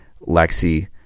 Lexi